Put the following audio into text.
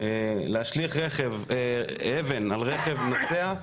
להשליך אבן על רכב נוסע,